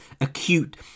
acute